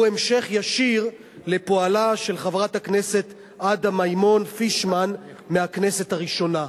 הוא המשך ישיר לפועלה של חברת הכנסת עדה מימון (פישמן) מהכנסת הראשונה.